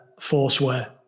Forceware